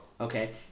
Okay